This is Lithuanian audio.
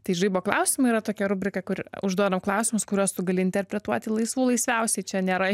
tai žaibo klausimai yra tokia rubrika kur užduodam klausimus kuriuos tu gali interpretuoti laisvų laisviausiai čia nėra